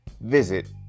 Visit